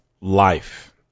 life